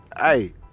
Hey